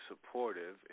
supportive